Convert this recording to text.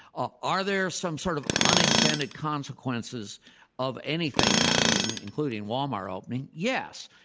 ah are there some sort of unintended consequences of anything happening, including walmart opening? yes.